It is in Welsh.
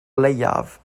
leiaf